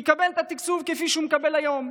יקבל את התקצוב כפי שהוא מקבל היום,